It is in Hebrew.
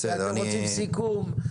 אתם רוצים סיכום,